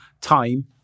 time